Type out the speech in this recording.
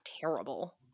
terrible